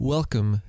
Welcome